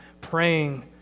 praying